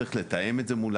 צריך לתאם את זה מולן.